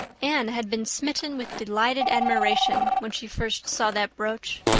anne had been smitten with delighted admiration when she first saw that brooch.